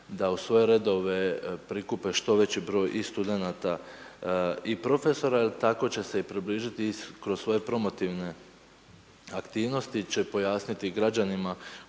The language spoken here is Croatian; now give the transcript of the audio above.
da u svoje redove prikupe što veći broj i studenata i profesora jer tako će se i približiti i kroz svoje promotivne aktivnosti će pojasniti građanima